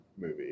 movie